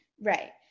Right